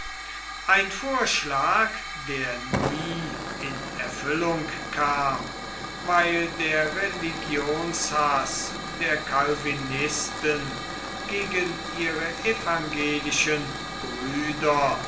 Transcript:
ein vorschlag der nie in erfüllung kam weil der religionshaß der calvinisten gegen ihre evangelischen brüder